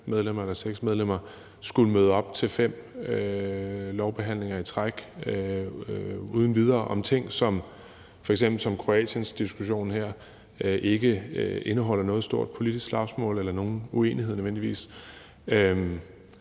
medlemmer eller med seks medlemmer uden videre skulle møde op til fem lovbehandlinger i træk om ting som f.eks. Kroatiendiskussionen her, der ikke indeholder noget stort politisk slagsmål eller nogen uenighed nødvendigvis.